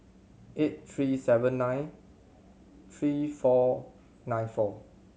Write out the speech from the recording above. eight three seven nine three four nine four